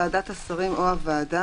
ועדת השרים או הוועדה,